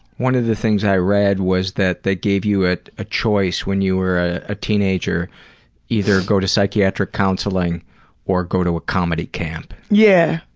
one of the things i read was that they gave you a choice when you were a teenager either go to psychiatric counselling or go to a comedy camp. yeah.